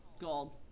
Gold